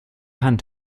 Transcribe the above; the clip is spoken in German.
hand